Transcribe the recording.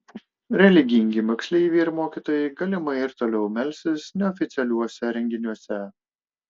religingi moksleiviai ir mokytojai galimai ir toliau melsis neoficialiuose renginiuose